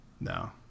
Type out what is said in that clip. No